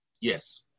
Yes